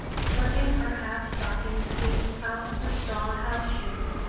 slipping her half-stockinged feet out of her straw house-shoes,